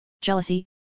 jealousy